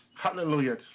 Hallelujah